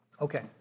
Okay